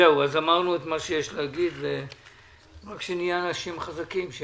אמרנו את מה שיש להגיד ורק שנהיה אנשים חזקים.